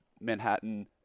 Manhattan